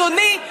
אדוני,